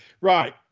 Right